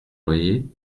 loyer